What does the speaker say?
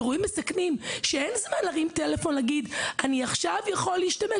אירועים מסכנים בהם אין זמן להרים טלפון ולשאול אם אפשר להשתמש.